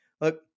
Look